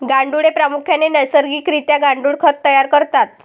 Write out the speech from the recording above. गांडुळे प्रामुख्याने नैसर्गिक रित्या गांडुळ खत तयार करतात